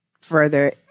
further